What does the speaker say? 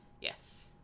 Yes